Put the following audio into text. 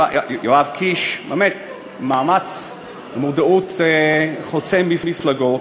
יואב קיש, באמת מודעות חוצה מפלגות,